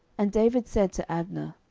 and david said to abner,